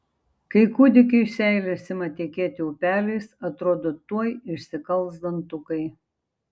kai kūdikiui seilės ima tekėti upeliais atrodo tuoj išsikals dantukai